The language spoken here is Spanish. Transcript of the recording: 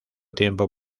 tiempo